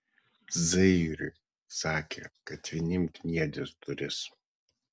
zairiui sakė kad vinim kniedys duris